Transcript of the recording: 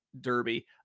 Derby